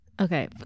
Okay